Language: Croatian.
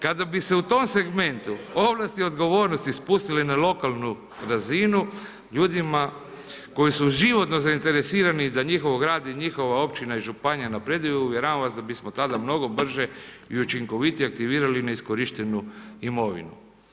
Kada bi se u tom segmentu, ovlasti odgovornosti spustili na lokalnu razinu, ljudima koji su životno zainteresirani da njihov grad, njihova općina i županija napreduju, uvjeravam vas da bismo tada mnogo brže i učinkovitije aktivirali neiskorištenu imovinu.